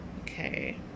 Okay